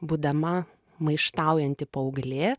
būdama maištaujanti paauglė